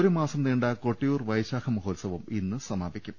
ഒരു മാസം നീണ്ട കൊട്ടിയൂർ വൈശാഖ മഹോത്സവം ഇന്ന് സമാപിക്കും